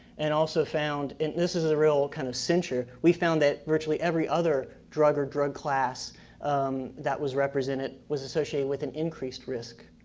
and also found, and this is a real kind of cincher, we found that virtually every other drug or drug class that was represented was associated with an increased risk.